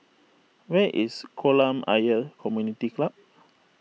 where is Kolam Ayer Community Club